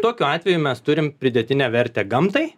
tokiu atveju mes turim pridėtinę vertę gamtai